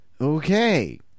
Okay